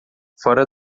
fora